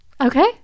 Okay